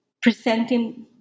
Presenting